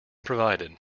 provided